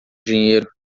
dinheiro